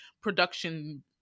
production